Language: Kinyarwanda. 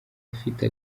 afite